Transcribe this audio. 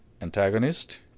Antagonist